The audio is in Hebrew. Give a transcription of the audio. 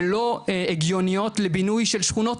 ולא הגיוניות לבינוי של שכונות